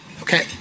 Okay